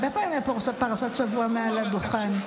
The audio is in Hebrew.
הרבה פעמים הייתה פה פרשת שבוע מעל הדוכן.